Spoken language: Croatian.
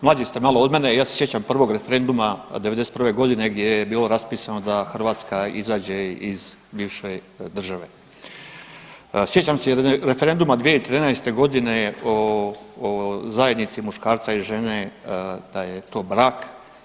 Mlađi ste malo od mene i ja se sjećam prvog referenduma '91.g. gdje je bilo raspisano da Hrvatska izađe iz bivše države, sjećam se referenduma 2013.g. je o zajednici muškarca i žene da je to brak.